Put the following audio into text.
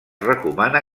recomana